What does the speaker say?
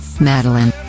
Madeline